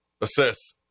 assess